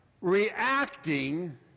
reacting